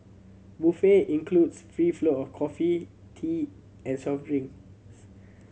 buffet includes free flow of coffee tea and soft drinks